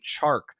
Chark